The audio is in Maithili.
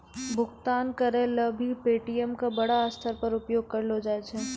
भुगतान करय ल भी पे.टी.एम का बड़ा स्तर पर उपयोग करलो जाय छै